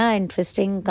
interesting